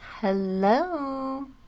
hello